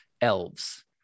elves